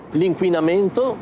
l'inquinamento